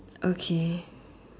okay